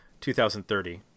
2030